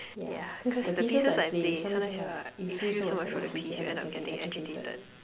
yeah because the pieces I play sometime uh you feel so much for the piece you end up getting agitated